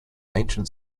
ancient